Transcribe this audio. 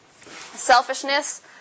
Selfishness